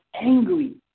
angry